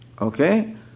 Okay